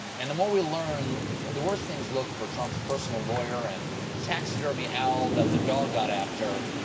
and the more we learn, the worse things look for trump's personal lawyer and taxidermy owl that the dog got after,